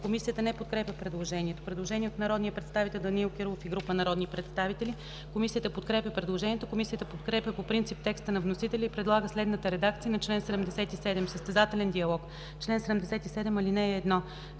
Комисията не подкрепя предложението. Предложение от народния представител Данаил Кирилов и група народни представители. Комисията подкрепя предложението. Комисията подкрепя по принцип текста на вносителя и предлага следната редакция на чл. 77: „Състезателен диалог Чл. 77. (1)